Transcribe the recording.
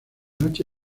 noche